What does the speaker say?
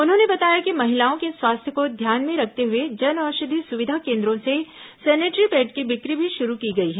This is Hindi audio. उन्होंने बताया कि महिलाओं के स्वास्थ्य को ध्यान में रखते हुए जन औषधि सुविधा केन्द्रों से सैनेटरी पैड की बिक्री भी शुरू की गई है